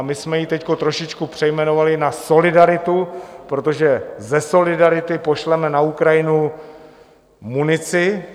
My jsme ji teď trošičku přejmenovali na solidaritu, protože ze solidarity pošleme na Ukrajinu munici.